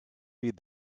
feed